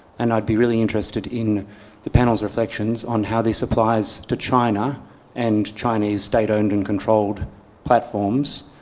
and i'd be really interested in the panel's reflections on how the supplies to china and chinese data owned and controlled platforms,